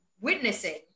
Witnessing